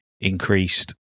increased